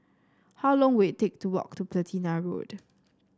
how long will it take to walk to Platina Road